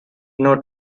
not